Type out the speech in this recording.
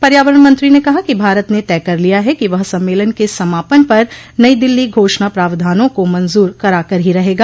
पर्यावरण मंत्री ने कहा कि भारत ने तय कर लिया है कि वह सम्मेलन के समापन पर नई दिल्ली घोषणा प्रावधानों को मंजूर कराकर ही रहेगा